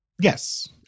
Yes